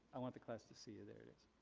i want the class to see. there it is.